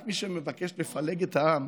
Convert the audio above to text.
רק מי שמבקש לפלג את העם